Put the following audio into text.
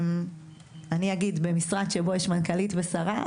אני אגיד במשרד שבו יש מנכ"לית ושרה,